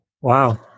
Wow